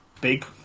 big